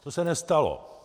To se nestalo.